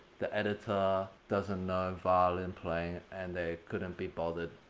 the editor doesn't know violin playing, and they couldn't be bothered.